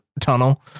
tunnel